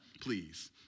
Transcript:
please